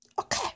Okay